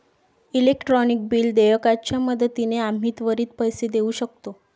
electronic bill देयकाच्या मदतीने आम्ही त्वरित पैसे देऊ शकतो